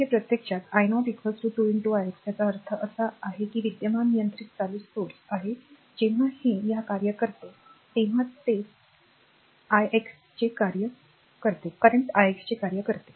तर हे प्रत्यक्षात i 0 2 i x याचा अर्थ असा की हे विद्यमान नियंत्रित चालू स्त्रोत आहे जेव्हा हे या कार्य करते तेव्हा ते चालू i x चे कार्य करते